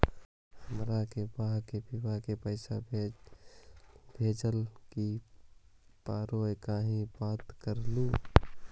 हमार के बह्र के बियाह के पैसा भेजे ला की करे परो हकाई बता सकलुहा?